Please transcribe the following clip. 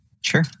Sure